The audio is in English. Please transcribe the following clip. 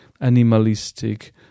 animalistic